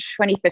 2015